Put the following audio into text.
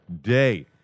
day